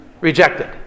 rejected